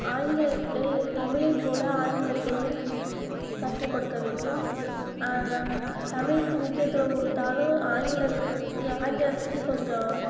ஆங்கிலத்தை தமிழை போல் ஆங்கிலத்தையும் கற்றுக் கொடுக்க வேண்டும் தமிழுக்கு முக்கியத்துவம் கொடுத்தாலும் ஆங்கிலதிக்கு ஆங்கிலத்திக்கு கொஞ்சம்